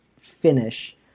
finish